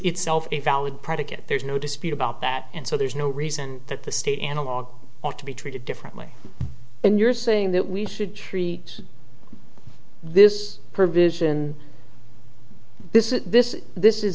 itself a valid predicate there's no dispute about that and so there's no reason that the state analog ought to be treated differently when you're saying that we should treat this provision this is this this is